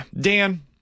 Dan